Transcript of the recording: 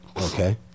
Okay